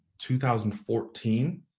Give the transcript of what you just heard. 2014